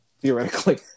Theoretically